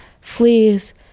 Fleas